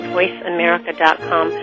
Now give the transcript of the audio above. VoiceAmerica.com